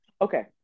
okay